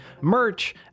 merch